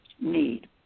need